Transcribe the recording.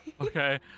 Okay